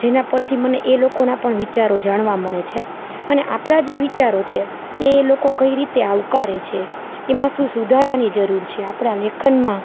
જેના પરથી મને એ લોકોના પણ વિચારો જાણવા મળે છે અને આપણા જે વિચારો છે એ લોકો કઈ રીતે આવકારે છે એમાં શું સુધારાની જરૂર છે આપણાં લેખનમાં